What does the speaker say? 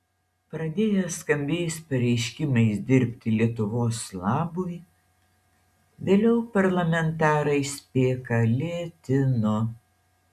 pradėję skambiais pareiškimais dirbti lietuvos labui vėliau parlamentarai spėką lėtino